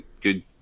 good